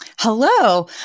Hello